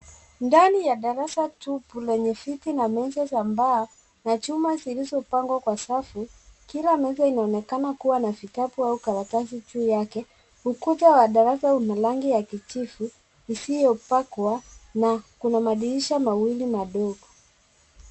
Ndani ya darasa tupu lenye viti na meza za mbao na chuma zilizopangwa kwa safu ,kila meza inaonekana kuwa na vitabu au karatasi juu yake ,ukuta wa darasa ina rangi ya kijivu isiyopakwa na kuna madirisha mawili madogo.